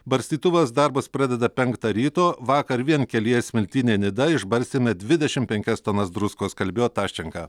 barstytuvas darbus pradeda penktą ryto vakar vien kelyje smiltynė nida išbarstėme dvidešim penkias tonas druskos kalbėjo taščenka